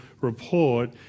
report